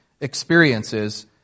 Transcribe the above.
experiences